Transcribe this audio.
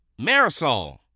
Marisol